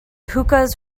hookahs